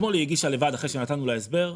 אתמול היא הגישה לבד אחרי שנתנו לה הסבר,